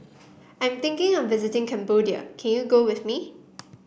I'm thinking of visiting Cambodia can you go with me